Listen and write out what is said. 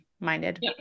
minded